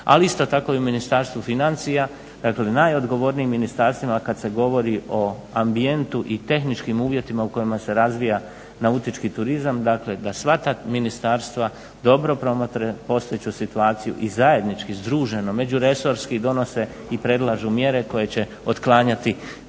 ali isto tako i u Ministarstvu financija, dakle najodgovornijim ministarstvima kad se govori o ambijentu i tehničkim uvjetima u kojima se razvija nautički turizam. Dakle, da sva ta ministarstva dobro promotre postojeću situaciju i zajednički združeno međuresorski donose i predlažu mjere koje će otklanjati